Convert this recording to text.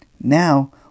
Now